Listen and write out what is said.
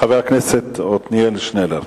חבר הכנסת עתניאל שנלר,